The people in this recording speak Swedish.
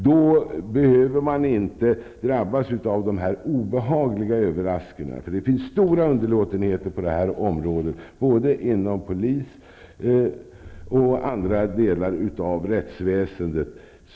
Då behöver man inte drabbas av de här obehagliga överraskningarna. Det finns mycken underlåtenhet på det här området, både inom polis och andra delar av rättsväsendet.